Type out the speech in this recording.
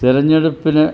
തെരഞ്ഞെടുപ്പിന്